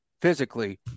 physically